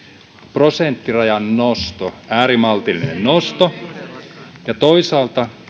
prosenttirajan nosto äärimaltillinen nosto toisaalta